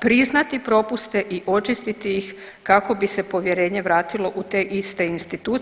priznati propuste i očistiti ih kako bi se povjerenje vratilo u te iste institucije.